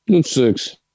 Six